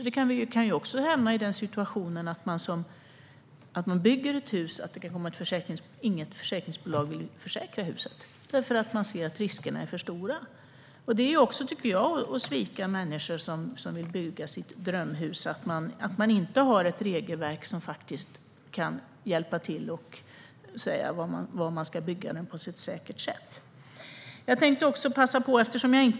Vi kan också hamna i den situationen att man bygger ett hus, och sedan vill inget försäkringsbolag försäkra huset därför att de ser att riskerna är för stora. Att inte ha ett regelverk som faktiskt kan hjälpa till när det gäller hur man ska bygga på ett säkert sätt tycker jag också är att svika människor som vill bygga sitt drömhus.